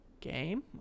game